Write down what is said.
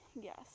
yes